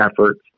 efforts